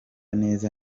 neza